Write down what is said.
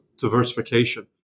diversification